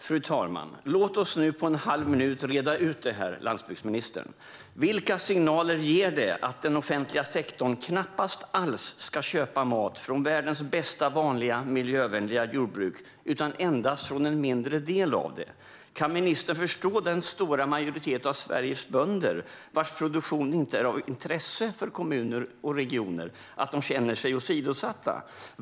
Fru talman! Låt oss reda ut det här på en halv minut, landsbygdsministern. Vilka signaler ger det att den offentliga sektorn knappt ska köpa någon mat alls från världens bästa vanliga miljövänliga jordbruk utan endast från en mindre del av det? Kan ministern förstå att den stora majoriteten av Sveriges bönder, vars produktion inte är av intresse för kommuner och regioner, känner sig åsidosatta?